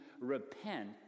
repent